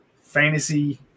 fantasy